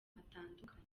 hatandukanye